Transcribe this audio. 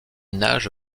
nage